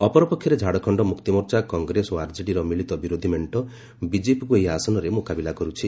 ଅପରପକ୍ଷରେ ଝାଡ଼ଖଣ୍ଡ ମୁକ୍ତିମୋର୍ଚ୍ଚା କଂଗ୍ରେସ ଓ ଆର୍କେଡିର ମିଳିତ ବିରୋଧୀ ମେଣ୍ଟ ବିଜେପିକୁ ଏହି ଆସନରେ ମୁକାବିଲା କରୁଛି